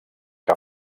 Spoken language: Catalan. que